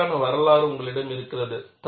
இதற்கான வரலாறு உங்களிடம் உள்ளது